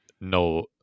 No